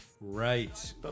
Right